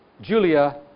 Julia